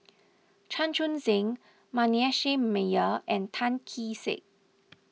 Chan Chun Sing Manasseh Meyer and Tan Kee Sek